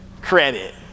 Credit